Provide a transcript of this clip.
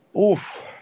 Oof